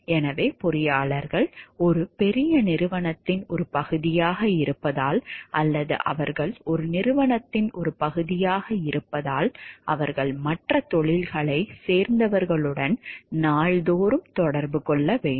எனவே பொறியாளர்கள் ஒரு பெரிய நிறுவனத்தின் ஒரு பகுதியாக இருப்பதால் அல்லது அவர்கள் ஒரு நிறுவனத்தின் ஒரு பகுதியாக இருப்பதால் அவர்கள் மற்ற தொழில்களைச் சேர்ந்தவர்களுடன் நாள்தோறும் தொடர்பு கொள்ள வேண்டும்